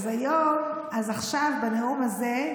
אז עכשיו, בנאום הזה,